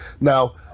Now